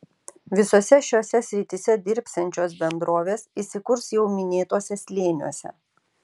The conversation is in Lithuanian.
visose šiose srityse dirbsiančios bendrovės įsikurs jau minėtuose slėniuose